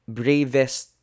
bravest